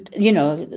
you know,